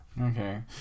Okay